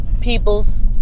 people's